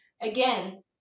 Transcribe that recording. again